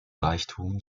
reichtum